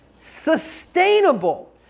sustainable